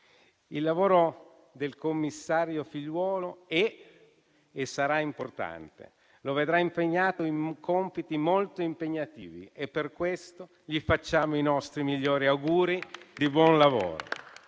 Il lavoro del commissario Figliuolo è e sarà importante; lo vedrà impegnato in compiti molto impegnativi e per questo gli facciamo i nostri migliori auguri di buon lavoro.